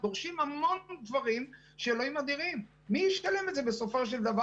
דורשים המון דברים שמי ישלם אותם בסופו של יום?